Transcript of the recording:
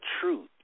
truth